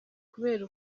kubera